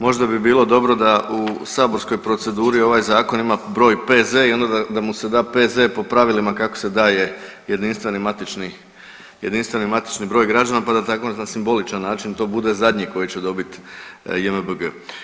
Možda bi bilo dobro da u saborskoj proceduri ovaj zakon ima broj P.Z. i onda da mu se da P.Z. po pravilima kako se daje jedinstveni matični, jedinstveni matični broj građana pa da tako na simboličan način to bude zadnji koji će dobiti JMBG.